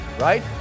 right